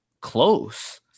close